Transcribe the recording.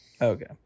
Okay